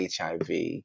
HIV